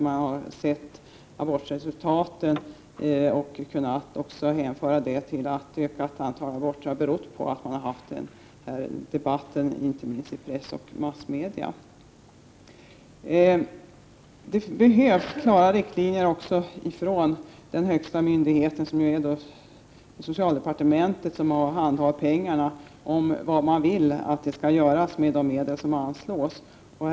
Man har tidigare kunnat hänföra ett ökat antal aborter till en sådan debatt, inte minst i press och massmedia. Det behövs klara riktlinjer också från den högsta myndigheten, socialdepartementet, som handhar pengarna, om vad som enligt dess mening skall göras för de medel som anslås.